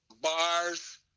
bars